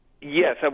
Yes